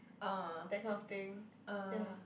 that kind of thing ya